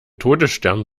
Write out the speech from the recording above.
todesstern